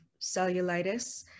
cellulitis